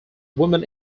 woman